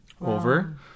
over